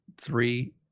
three